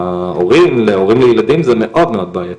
להורים, להורים לילדים, זה מאוד מאוד בעייתי.